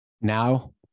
Now